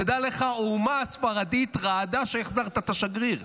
תדע לך, האומה הספרדית רעדה כשהחזרת את השגריר.